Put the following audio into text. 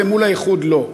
ומול האיחוד לא.